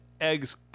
Egg's